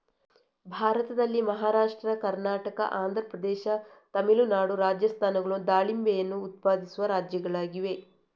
ಭಾರತದಲ್ಲಿ ಮಹಾರಾಷ್ಟ್ರ, ಕರ್ನಾಟಕ, ಆಂಧ್ರ ಪ್ರದೇಶ, ತಮಿಳುನಾಡು, ರಾಜಸ್ಥಾನಗಳು ದಾಳಿಂಬೆಯನ್ನು ಉತ್ಪಾದಿಸುವ ರಾಜ್ಯಗಳಾಗಿವೆ